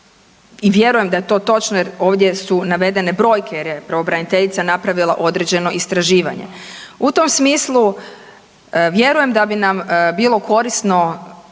i vjerujem da je to točno jer ovdje su navedene brojke jer je pravobraniteljica napravila određeno istraživanje. U tom smislu vjerujem da bi nam bilo korisno